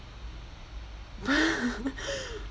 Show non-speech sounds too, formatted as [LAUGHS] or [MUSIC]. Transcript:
[LAUGHS]